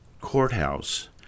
courthouse